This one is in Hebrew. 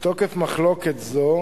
מתוקף מחלוקת זו